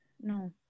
no